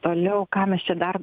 toliau ką mes čia dar